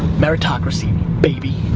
meritocracy, baby.